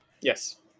Yes